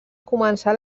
començà